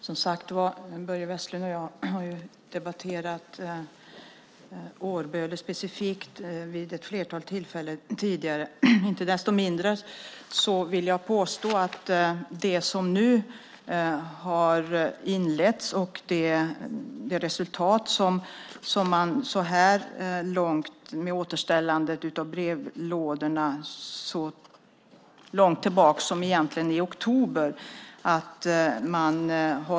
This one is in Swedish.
Fru talman! Börje Vestlund och jag har som sagt var debatterat Årböle specifikt vid ett flertal tillfällen tidigare. Inte desto mindre vill jag påstå att man blivit nöjd med det arbete som nu har inletts och resultatet så här långt, det vill säga återställandet av brevlådorna så tidigt som i oktober.